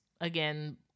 again